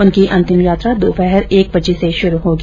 उनकी अंतिम यात्रा दोपहर एक बजे से शुरू होगी